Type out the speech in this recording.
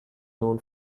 known